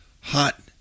hot